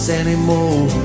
anymore